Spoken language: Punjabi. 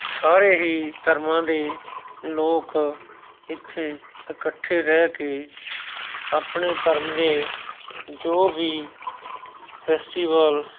ਸਾਰੇ ਹੀ ਧਰਮਾਂ ਦੇ ਲੋਕ ਇਥੇ ਇਕੱਠੇ ਰਹਿ ਕੇ ਆਪਣੇ ਧਰਮ ਦੇ ਜੋ ਵੀ ਫੈਸਟੀਵਲ